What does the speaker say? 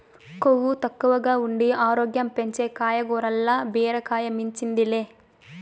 కొవ్వు తక్కువగా ఉండి ఆరోగ్యం పెంచే కాయగూరల్ల బీరకాయ మించింది లే